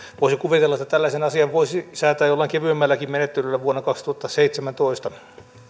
voisin kuvitella että tällaisen asian voisi säätää jollain kevyemmälläkin menettelyllä vuonna kaksituhattaseitsemäntoista